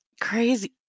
crazy